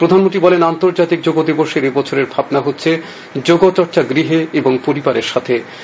প্রধানমন্ত্রী বলেন আন্তর্জাতিক যোগ দিবসের এবছরের ভাবনা হচ্ছে যোগচর্চা গৃহে এবং পরিবারের সাথে